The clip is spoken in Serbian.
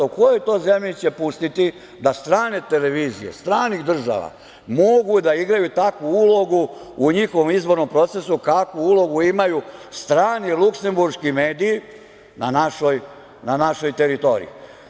U kojoj to zemlji će pustiti da strane televizije, stranih država mogu da igraju takvu ulogu u njihovom izbornom procesu kakvu ulogu imaju strane luksemburški mediji na našoj teritoriji?